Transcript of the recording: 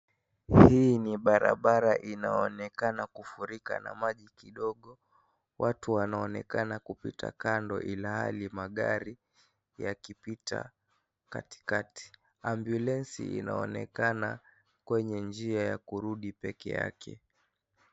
Hii ni barabara inaonekana kufurika na maji kidogo. Watu wanaonekana kupita kando, ilhali magari yakipita katikati. Ambulansi inaonekana kwenye njia ya kurudishwa peke yake.